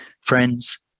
Friends